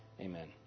Amen